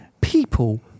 people